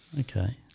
okay